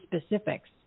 specifics